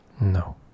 No